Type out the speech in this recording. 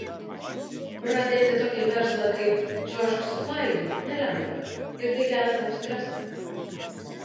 pradėti tokį verslą kaip čiuožk su klaidu nelengva ir tai kelia daug streso